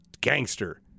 gangster